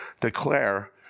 declare